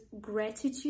gratitude